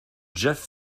jeff